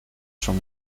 son